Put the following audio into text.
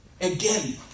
Again